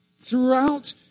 throughout